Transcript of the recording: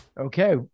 Okay